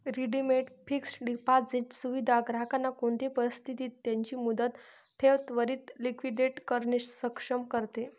redeemed fixed deposit सुविधा ग्राहकांना कोणते परिस्थितीत त्यांची मुदत ठेव त्वरीत लिक्विडेट करणे सक्षम करते